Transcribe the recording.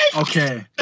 Okay